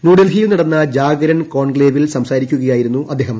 ന്യൂഡൽഹിയിൽ നടന്ന ജാഗരൺ കോൺ ക്ലേവിൽ സംസാരിക്കുകയായിരുന്നു അദ്ദേഹം